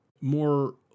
more